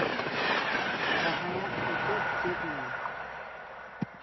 ᱡᱟᱦᱟᱸᱭᱟᱜ ᱛᱮᱛᱮᱫ ᱪᱮᱠ ᱢᱮ